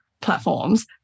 platforms